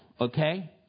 okay